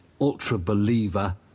ultra-believer